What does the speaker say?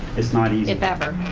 it's not easy. if ever.